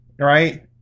Right